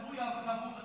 לא אמרו שתקום מינהלת,